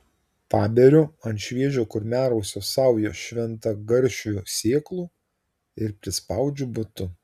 paberiu ant šviežio kurmiarausio saują šventagaršvių sėklų ir prispaudžiu batu